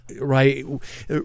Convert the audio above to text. Right